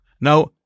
Now